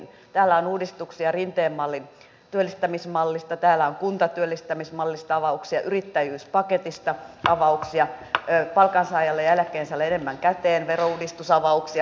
täällä on uudistuksia rinteen työllistämismallista täällä on kuntatyöllistämismallista avauksia yrittäjyyspaketista avauksia palkansaajalle ja eläkkeensaajalle enemmän käteen verouudistusavauksia